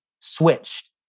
switched